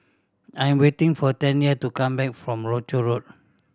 I'm waiting for Tanya to come back from Rochor Road